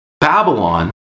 Babylon